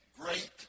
great